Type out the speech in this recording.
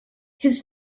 his